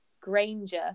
Granger